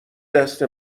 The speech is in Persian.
دست